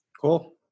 cool